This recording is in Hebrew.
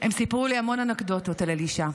הם סיפרו לי המון אנקדוטות על אלישע.